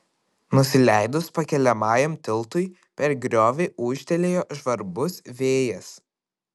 nusileidus pakeliamajam tiltui per griovį ūžtelėjo žvarbus vėjas